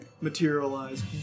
materialize